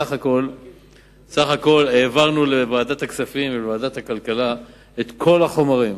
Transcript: בסך הכול העברנו לוועדת הכספים ולוועדת הכלכלה את כל החומרים,